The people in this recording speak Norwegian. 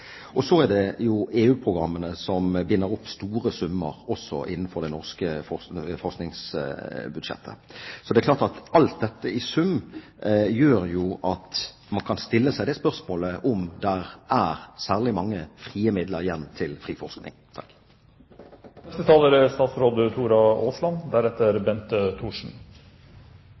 Og så er det EU-programmene, som binder opp store summer også innenfor det norske forskningsbudsjettet. Det er klart at alt dette i sum gjør at man kan stille seg det spørsmålet om det er særlig mange frie midler igjen til